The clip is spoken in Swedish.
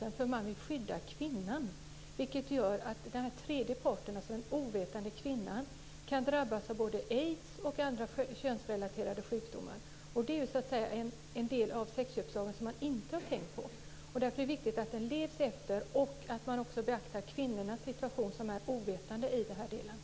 Detta gör man för att man vill skydda kvinnan, och det gör att den tredje parten, dvs. den ovetande kvinnan, kan drabbas av både aids och andra könsrelaterade sjukdomar. Det är en del av sexköpslagen som man inte har tänkt på. Därför är det viktigt att den efterlevs och att man också beaktar de ovetande kvinnornas situation.